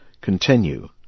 continue